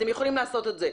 אתם יכולים לעשות את זה,